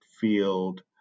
field